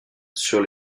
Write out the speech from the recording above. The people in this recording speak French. sur